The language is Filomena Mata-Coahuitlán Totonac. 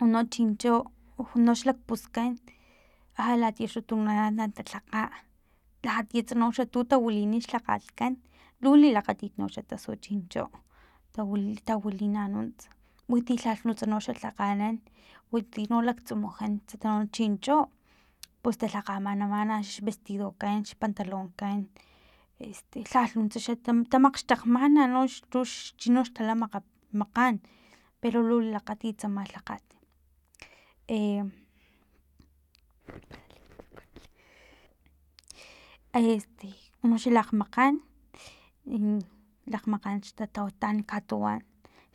Uno chincho uno xlak puskan a latia tunoxa na talhakga latiats tuno tawilini xlhakgatkan lu lilakgatit no xa tasu chincho tawili tawili nanuts winti lhalh nunts no ta lhakganan winti laktsumujan tsikan no chincho pus ta lhakgamanamana xvestidokan xpantalonkan este lhalh nuntsa xa tamakgxtekgmana nox tux chino xtala mak makgan pero lu lilakgatit tsama lhakgat e este uno xalakgmakgan i lakgmakan xtaan katuwan